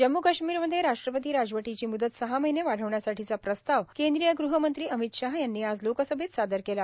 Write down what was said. जम्म् काश्मीरमध्ये राष्ट्रपती राजवटीची मुदत सहा महिने वाढवण्यासाठीचा प्रस्ताव केंद्रीय ग़हमंत्री अमित शहा यांनी आज लोकसभेत सादर केला